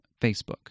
Facebook